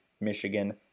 michigan